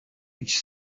which